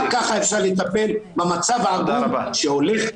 רק ככה אפשר לטפל במצב העגום שהולך ומחריף.